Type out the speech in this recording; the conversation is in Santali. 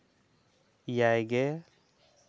ᱮᱭᱟᱭ ᱜᱮ